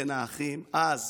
בין האחים, אז